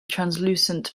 translucent